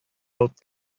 алып